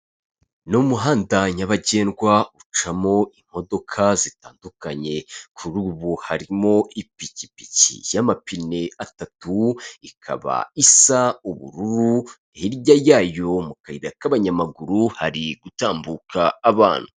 Ni umuhanda nyabagendwa ucamo imodoka zitandukanye kuri ubu harimo ipikipiki y'amapine atatu , ikaba isa ubururu hirya yayo mu kayi k'abanyamaguru hari gutambuka abana.